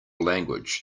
language